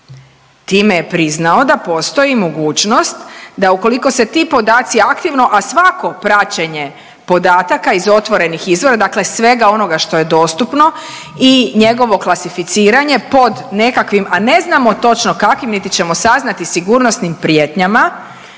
Time je priznao da postoji mogućnost da ukoliko se ti podaci aktivno, a svako praćenje podataka iz otvorenih izvora, dakle svega onoga što je dostupno i njegovo klasificiranje pod nekakvim, a ne znamo točno kakvim niti ćemo saznati, sigurnosnim prijetnjama,